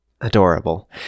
Adorable